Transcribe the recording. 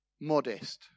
modest